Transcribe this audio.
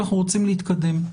כי אנחנו רוצים להתקדם.